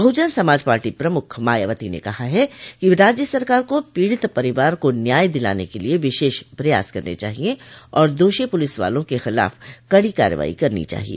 बहुजन Samaj party प्रमुख मायावती ने कहा है कि राज्य सरकार को पीडित परिवार को न्याय दिलाने के लिए विशेष प्रयास करने चाहिए और दोषी पूलिसवालों के खिलाफ कडी कार्रवाई करनी चाहिए